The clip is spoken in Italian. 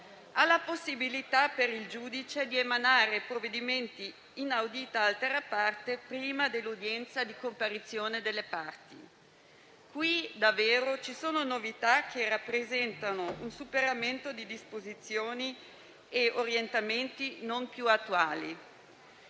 alla possibilità per il giudice di emanare provvedimenti *inaudita altera parte* prima dell'udienza di comparizione delle parti. Qui davvero ci sono novità che rappresentano un superamento di disposizioni e orientamenti non più attuali.